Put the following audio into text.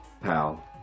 pal